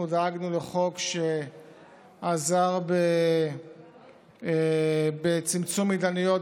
אנחנו דאגנו לחוק שעזר בצמצום התדיינויות